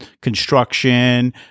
construction